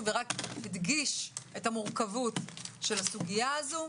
ורק הדגיש את המורכבות של הסוגיה הזו,